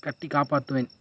கட்டிக் காப்பாற்றுவேன்